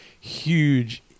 huge